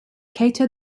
cato